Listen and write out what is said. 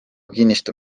kinnistu